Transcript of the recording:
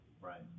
Right